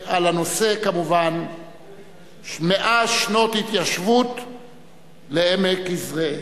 הנושא: ציון 100 שנים להתיישבות בעמק יזרעאל,